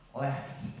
left